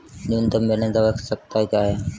न्यूनतम बैलेंस आवश्यकताएं क्या हैं?